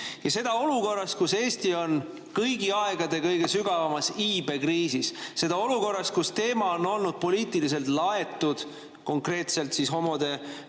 Ja seda olukorras, kus Eesti on kõigi aegade kõige sügavamas iibekriisis. Seda olukorras, kus teema on olnud poliitiliselt laetud. Konkreetselt homodele